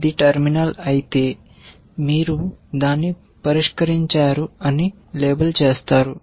ఇది టెర్మినల్ అయితే మీరు దాన్ని పరిష్కరించారని లేబుల్ చేస్తారు